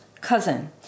cousin